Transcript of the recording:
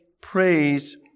praise